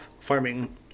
farming